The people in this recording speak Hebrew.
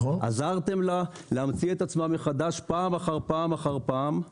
עזרתם לה להמציא את עצמה מחדש פעם אחר פעם אחר פעם אבל